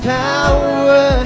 power